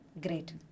Great